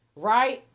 Right